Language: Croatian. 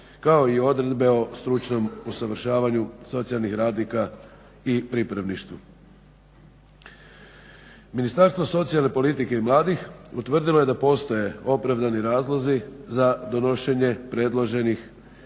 kao i odredbe o stručnom usavršavanju socijalnih radnika i pripravništvu. Ministarstvo socijalne politike i mladih utvrdilo je da postoje opravdani razlozi za donošenje predloženog